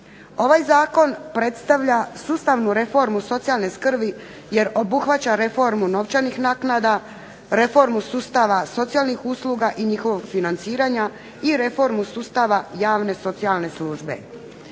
Ovaj zakon predstavlja sustavnu reformu socijalne skrbi jer obuhvaća reformu novčanih naknada, reformu sustava socijalnih usluga i njihovog financiranja i reformu sustava javne socijalne službe.